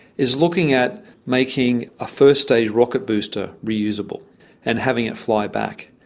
is looking at making a first-stage rocket booster reusable and having it fly back.